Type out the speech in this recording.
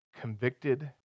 convicted